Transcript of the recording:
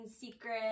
secret